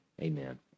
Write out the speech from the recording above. Amen